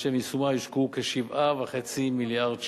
לשם יישומה יושקעו כ-7.5 מיליארד ש"ח.